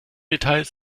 details